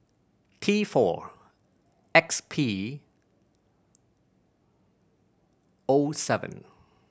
T four X P O seven